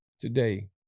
today